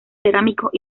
cerámicos